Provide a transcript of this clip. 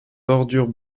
bordure